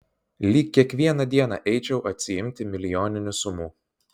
lyg kiekvieną dieną eičiau atsiimti milijoninių sumų